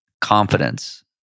confidence